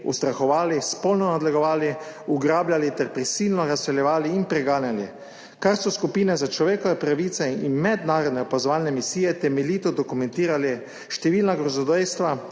ustrahovali, spolno nadlegovali, ugrabljali ter prisilno razseljevali in preganjali, kar so skupine za človekove pravice in mednarodne opazovalne misije temeljito dokumentirali številna grozodejstva,